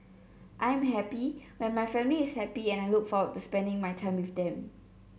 I am happy when my family is happy and I look forward to spending my time with them